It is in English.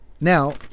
Now